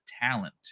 talent